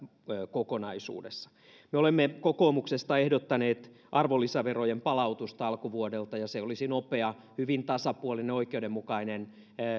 kokonaisuudessa me olemme kokoomuksesta ehdottaneet arvonlisäverojen palautusta alkuvuodelta ja se olisi nopea hyvin tasapuolinen oikeudenmukainen